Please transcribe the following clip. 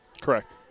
Correct